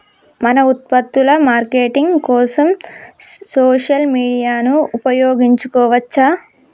మన ఉత్పత్తుల మార్కెటింగ్ కోసం సోషల్ మీడియాను ఉపయోగించవచ్చా?